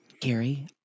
gary